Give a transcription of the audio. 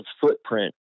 footprint